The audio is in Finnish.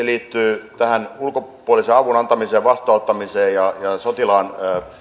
liittyy tähän ulkopuolisen avun antamiseen ja vastanottamiseen ja sotilaan